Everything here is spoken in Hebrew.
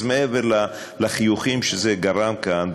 אז מעבר לחיוכים שזה גרם כאן,